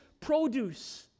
produce